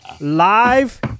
live